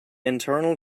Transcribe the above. internal